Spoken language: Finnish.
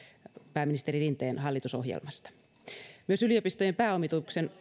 pääministeri rinteen hallitusohjelmasta myös yliopistojen pääomituksen